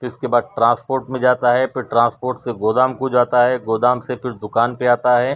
پھر اس کے بعد ٹرانسپورٹ میں جاتا ہے پھر ٹرانسپورٹ سے گودام کو جاتا ہے گودام سے پھر دکان پہ آتا ہے